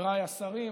חבריי השרים,